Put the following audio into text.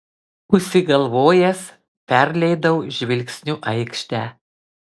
užsigalvojęs perleidau žvilgsniu aikštę